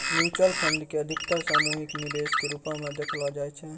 mutual फंडो के अधिकतर सामूहिक निवेश के रुपो मे देखलो जाय छै